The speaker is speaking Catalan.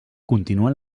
continuen